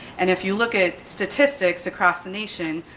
and if you look at statistics across the nation,